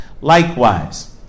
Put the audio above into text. Likewise